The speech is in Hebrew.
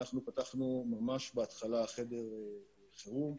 אנחנו פתחנו ממש בהתחלה חדר חירום,